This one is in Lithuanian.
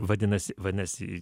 vadinasi vadinasi